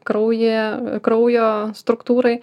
kraują kraujo struktūrai